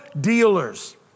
dealers